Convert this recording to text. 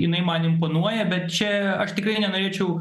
jinai man imponuoja bet čia aš tikrai nenorėčiau